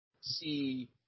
See